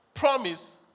Promise